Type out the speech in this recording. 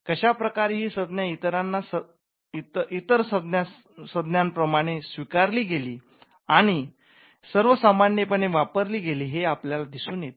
कशा प्रकारे ही संज्ञा इतर संज्ञान प्रमाणे स्वीकारली गेली आणि सर्वसामान्यपणे वापरली गेली हे आपल्याला दिसून येते